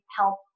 help